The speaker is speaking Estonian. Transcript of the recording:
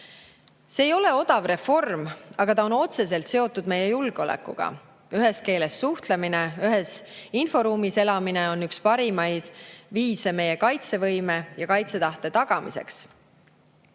See ei ole odav reform, aga ta on otseselt seotud meie julgeolekuga. Ühes keeles suhtlemine ja ühes inforuumis elamine on üks parimaid viise meie kaitsevõime ja kaitsetahte tagamiseks.